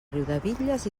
riudebitlles